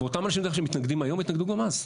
ואותם אנשים, אגב, שמתנגדים היום התנגדו גם אז.